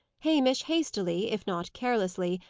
hamish hastily, if not carelessly,